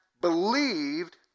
believed